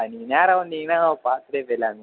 ஆ நீங்கள் நேராக வந்தீங்கனால் பார்த்துட்டே போயிடலாங்க